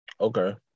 Okay